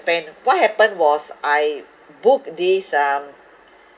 what happened was I book this um